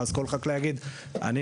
ואז כל חקלאי יגיד: ״אני